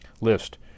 list